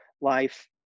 life